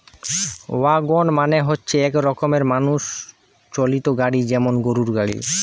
wagon মানে হচ্ছে এক রকমের মানুষ চালিত গাড়ি যেমন গরুর গাড়ি